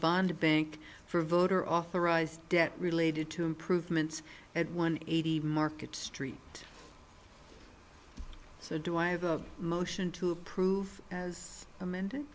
bond a bank for voter authorized debt related to improvements at one eighty market street so do i have a motion to approve as amended